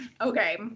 Okay